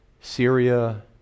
Syria